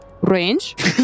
range